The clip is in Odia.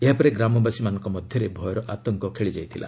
ଏହାପରେ ଗ୍ରାମବାସୀମାନଙ୍କ ମଧ୍ୟରେ ଭୟର ଆତଙ୍କ ଖେଳିଯାଇଥିଲା